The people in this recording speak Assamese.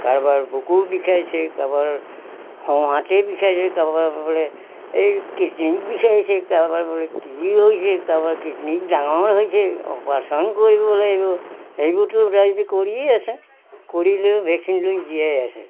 কাৰবাৰ বুকু বিষাইছে কাৰবাৰ সেঁহাতে বিষাইছে কাৰবাৰ এই কিডনিক বিষাইছে কাৰবাৰ বোলে কি হৈছে কাৰবাৰ কিডনিক ডাঙৰ হৈছে অপাৰেশ্যন কৰিব লাগিব সেইবোৰতো ৰাইজে কৰিয়ে আছে কৰিলেও ভেকচিন লৈ জীয়াই আছে